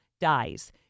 dies